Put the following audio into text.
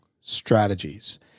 Strategies